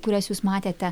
kurias jūs matėte